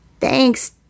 thanks